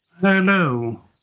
Hello